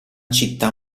città